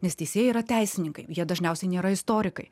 nes teisėjai yra teisininkai jie dažniausiai nėra istorikai